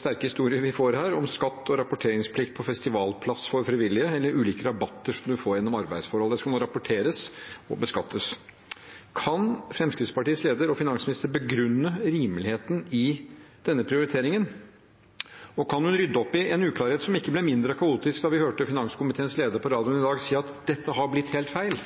sterke historier vi får her, om skatt og rapporteringsplikt for festivalpass for frivillige eller ulike rabatter som man får gjennom arbeidsforholdet. Det skal nå rapporteres og beskattes. Kan finansminister og Fremskrittspartiets leder begrunne rimeligheten i denne prioriteringen? Og kan hun rydde opp i en uklarhet som ikke ble mindre kaotisk da vi hørte finanskomiteens leder på radioen i dag si at dette har blitt helt feil?